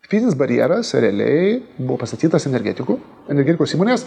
fizinis barjeras realiai buvo pastatytas energetikų energetikos įmonės